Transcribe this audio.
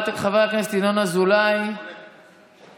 חבר הכנסת ינון אזולאי, עולה?